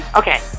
okay